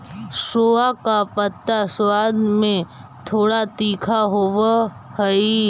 सोआ का पत्ता स्वाद में थोड़ा तीखा होवअ हई